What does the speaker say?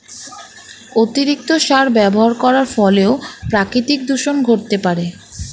অতিরিক্ত সার ব্যবহার করার ফলেও প্রাকৃতিক দূষন ঘটতে পারে